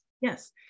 Yes